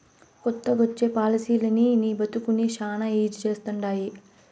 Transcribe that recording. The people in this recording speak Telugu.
కొత్తగొచ్చే పాలసీలనీ నీ బతుకుని శానా ఈజీ చేస్తండాయి